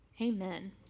Amen